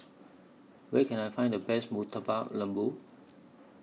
Where Can I Find The Best Murtabak Lembu